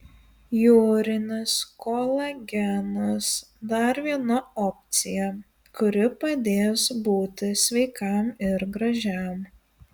jūrinis kolagenas dar viena opcija kuri padės būti sveikam ir gražiam